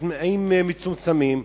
בתנאים מצומצמים,